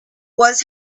was